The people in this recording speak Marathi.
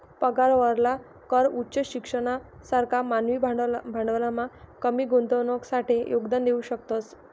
पगारावरला कर उच्च शिक्षणना सारखा मानवी भांडवलमा कमी गुंतवणुकसाठे योगदान देऊ शकतस